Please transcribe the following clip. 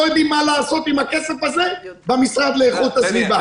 יודעים מה לעשות עם הכסף הזה במשרד להגנת הסביבה.